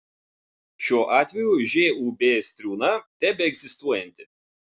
šiuo atveju žūb striūna tebeegzistuojanti